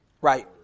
right